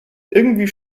irgendwie